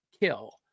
kill